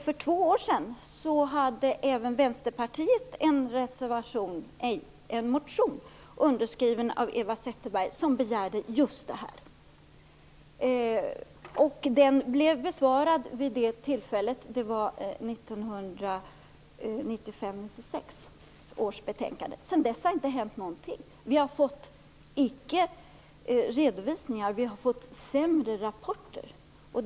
För två år sedan hade även Vänsterpartiet en motion, underskriven av Eva Zetterberg, som begärde just det här. Den blev besvarad vid det tillfället. Det var i 1995/96 års betänkande. Sedan dess har det inte hänt någonting. Vi har icke fått redovisningar. Vi har fått sämre rapporter.